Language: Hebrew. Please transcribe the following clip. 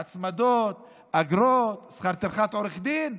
הצמדות, אגרות, שכר טרחת עורך דין.